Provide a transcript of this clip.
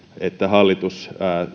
että hallitus